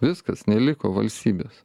viskas neliko valstybės